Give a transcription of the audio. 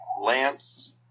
lance